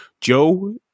Joe